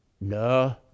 No